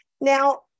now